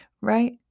Right